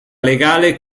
legale